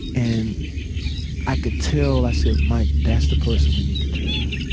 and i could tell, i said, mike, that's the person we need to tell.